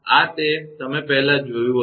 આ તે તમે પહેલાં જોયું હતું